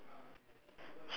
she's not wearing anything